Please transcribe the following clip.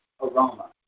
aroma